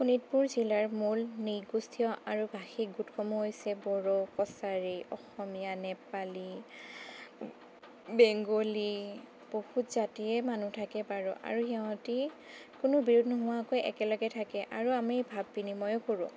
শোণিতপুৰ জিলাৰ মূল নৃ গোষ্ঠীয় আৰু ভাষিক গোটসমূহ হৈছে বড়ো কছাৰী অসমীয়া নেপালী বেংগোলী বহুত জাতিৰে মানুহ থাকে বাৰু আৰু সিহঁতি কোনো বিৰোধ নোহোৱাকৈ একেলগে থাকে আৰু আমি ভাৱ বিনিময়ো কৰোঁ